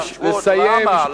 למה?